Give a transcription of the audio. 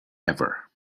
ever